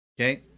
Okay